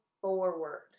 forward